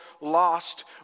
lost